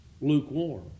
lukewarm